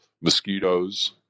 mosquitoes